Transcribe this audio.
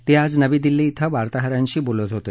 ते आज नवी दिल्ली श्वें वार्ताहरांशी बोलत होते